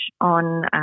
on